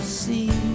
see